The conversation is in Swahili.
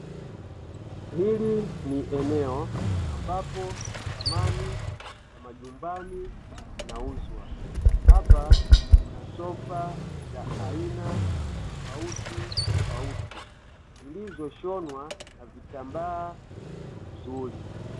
Ili ni eneo ambapo samani za manyumbani zinauzwa, hapa kuna sofa za aina tofautitofauti zilizoshonwa na vitambaa vizuri.